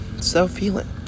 self-healing